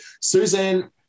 Suzanne